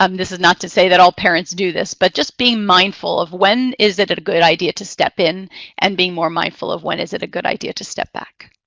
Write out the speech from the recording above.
um this is not to say that all parents do this, but just being mindful of when is it a good idea to step in and being more mindful of when is it a good idea to step back.